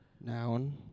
Noun